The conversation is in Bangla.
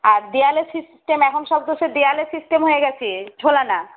আর দেওয়ালে সিস্টেম এখন সব তো সে দেওয়ালে সিস্টেম হয়ে গেছে ঝোলানো